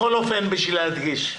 בכל אופן, בשביל להדגיש: